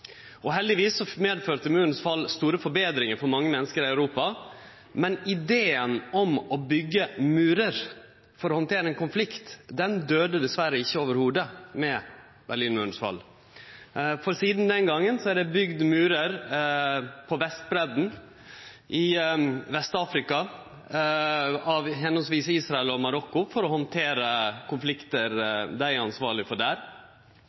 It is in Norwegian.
grad. Heldigvis medførte murens fall store forbetringar for mange menneske i Europa, men ideen om å byggje murar for å handtere ein konflikt døydde dessverre ikkje i det heile med Berlinmurens fall, for sidan den gongen har ein bygd murar på Vestbredden, i Vest-Afrika – av respektive Israel og Marokko – for å handtere konfliktar som dei er ansvarlege for der.